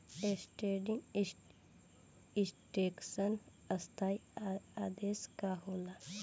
Standing instruction स्थाई आदेश का होला?